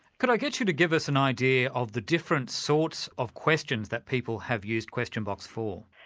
can i get you to give us an idea of the different sorts of questions that people have used question box for?